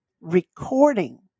recording